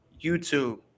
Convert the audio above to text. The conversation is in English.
YouTube